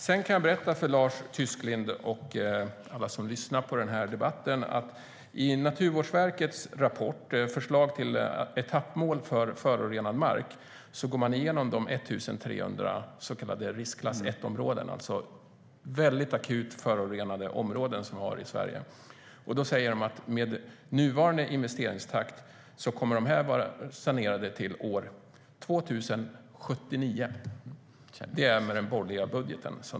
Jag kan berätta för Lars Tysklind och alla som lyssnar på debatten att i Naturvårdsverkets rapport Förslag till etappmål för efterbehandling av förorenade områden går man igenom de 1 300 så kallade riskklass 1-områdena. Det är alltså fråga om mycket akut förorenade områden i Sverige. Naturvårdsverket säger att med nuvarande investeringstakt kommer dessa områden att vara sanerade till 2079. Prognosen har gjorts på den borgerliga budgeten.